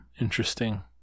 interesting